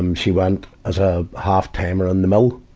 um she went as a half-timer in the mill.